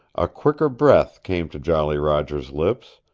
a quicker breath came to jolly roger's lips,